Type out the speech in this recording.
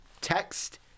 text